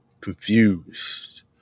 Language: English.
confused